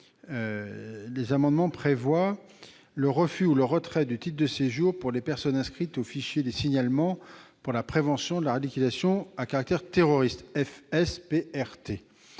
ces amendements est de prévoir le refus ou le retrait du titre de séjour pour les personnes inscrites au fichier de traitement des signalements pour la prévention de la radicalisation à caractère terroriste, le FSPRT.